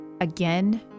again